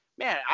man